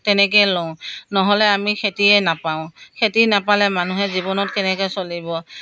তেনেকৈয়ে লওঁ নহ'লে আমি খেতিয়ে নাপাওঁ খেতি নাপালে মানুহে জীৱনত কেনেকৈ চলিব